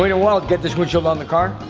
a while to get this windshield on the car